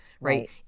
right